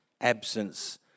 absence